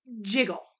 jiggle